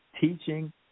teaching